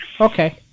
Okay